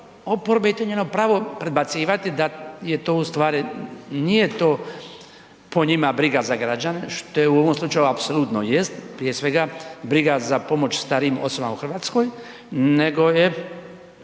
je to njeno pravo predbacivati da je to u stvari nije to po njima briga za građane što je u ovom slučaju apsolutno jest. Prije svega briga za pomoć starijim osobama u Hrvatskoj, nego je